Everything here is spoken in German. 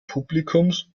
publikums